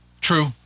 True